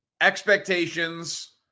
expectations